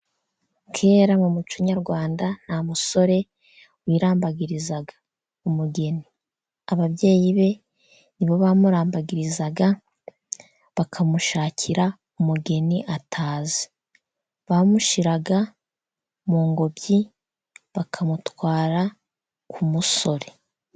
Kera mu muco nyarwanda nta musore wirambagirizaga umugeni. Ababyeyi be nibo bamumurambagirizaga, bakamushakira umugeni atazi. Bamushyiraga mu ngobyi, bakamutwara ku musore.